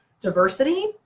diversity